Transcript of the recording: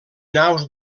naus